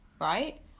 right